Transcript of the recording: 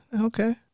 Okay